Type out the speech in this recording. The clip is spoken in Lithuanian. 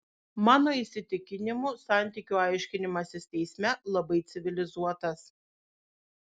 mano įsitikinimu santykių aiškinimasis teisme labai civilizuotas